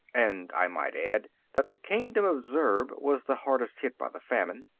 and i might add that the kingdom of zurb was the hardest hit by the famine,